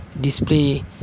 display